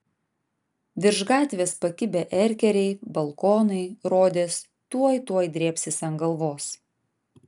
virš gatvės pakibę erkeriai balkonai rodėsi tuoj tuoj drėbsis ant galvos